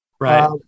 Right